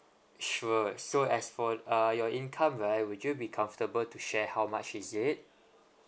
sure so as for uh your income right would you be comfortable to share how much is it